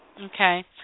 Okay